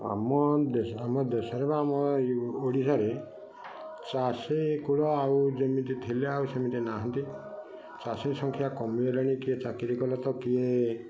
ଆମ ଦେଶ ଆମ ଦେଶରେ ବା ଓଡ଼ିଶାରେ ଚାଷୀକୂଳ ଆଉ ଯେମିତି ଥିଲେ ଆଉ ସେମିତି ନାହାଁନ୍ତି ଚାଷୀ ସଂଖ୍ୟା କମିଗଲେଣି କିଏ ଚାକିରୀ କଲା ତ କିଏ